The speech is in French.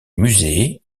musées